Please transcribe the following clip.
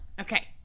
Okay